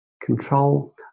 Control